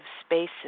spaces